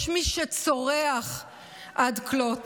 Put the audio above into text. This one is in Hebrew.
יש מי שצורח עד כלות,